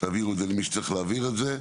תעבירו את זה למי שצריך להעביר את זה.